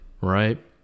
right